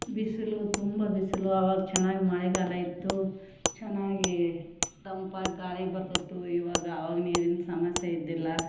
ಬಿಸಿಲು ತುಂಬ ಬಿಸಿಲು ಆವಾಗ ಚೆನ್ನಾಗಿ ಮಳೆಗಾಲ ಇತ್ತು ಚೆನ್ನಾಗಿ ತಂಪಾಗಿ ಗಾಳಿ ಬರ್ತಿತ್ತು ಇವಾಗ ಆವಾಗ ನೀರಿನ ಸಮಸ್ಯೆ ಇದ್ದಿಲ್ಲ